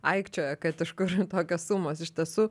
aikčioja kad iš kur tokios sumos iš tiesų